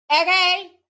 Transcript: Okay